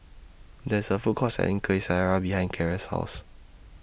There IS A Food Court Selling Kueh Syara behind Kiera's House